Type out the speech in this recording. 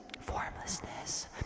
formlessness